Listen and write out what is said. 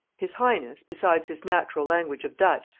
his highness, besides his natural language of dutch,